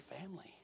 family